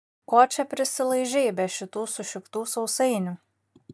ko čia prisilaižei be šitų sušiktų sausainių